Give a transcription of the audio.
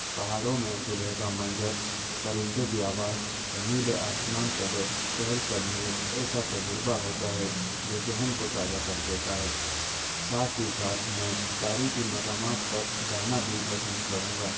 پہاڑوں میں صبح کا منظر پرندوں کی آواز اور نیلے آسمان تلے چہل قدمی ایک ایسا تجربہ ہوتا ہے جو ذہن کو تازہ کر دیتا ہے ساتھ ہی ساتھ میں تاریخی مقامات پر جانا بھی پسند کروں گا